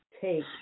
take